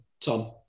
Tom